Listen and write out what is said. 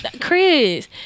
Chris